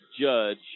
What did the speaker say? judge